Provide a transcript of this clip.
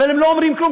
הם לא אומרים כלום,